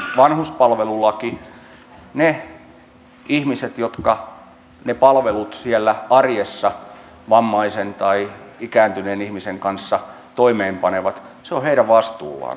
se on niiden ihmisten vastuulla jotka ne palvelut siellä arjessa vammaisen tai ikääntyneen ihmisen kanssa toimeenpanevat